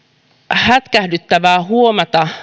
hätkähdyttävää huomata